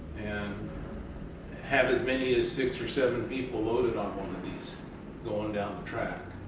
and have as many as six or seven people loaded on one of these going down the track.